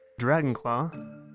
Dragonclaw